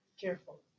careful